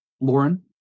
Lauren